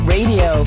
Radio